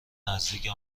نزدیک